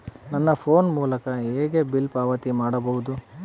ನನ್ನ ಫೋನ್ ಮೂಲಕ ಹೇಗೆ ಬಿಲ್ ಪಾವತಿ ಮಾಡಬಹುದು?